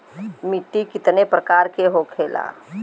मिट्टी कितने प्रकार के होखेला?